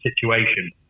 situation